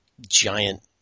giant